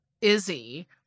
Izzy